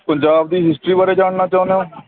ਪੰਜਾਬ ਦੀ ਹਿਸਟਰੀ ਬਾਰੇ ਜਾਣਨਾ ਚਾਹੁੰਦੇ ਹੋ